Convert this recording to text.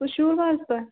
سُہ شوٗروٕ حظ تۄہہِ